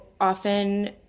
often